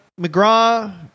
McGraw